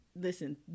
listen